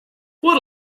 what